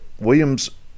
Williams